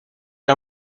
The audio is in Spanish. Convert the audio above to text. era